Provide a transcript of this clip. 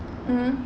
hmm